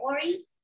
Story